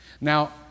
Now